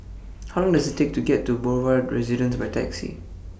How Long Does IT Take to get to Boulevard Residence By Taxi